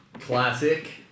Classic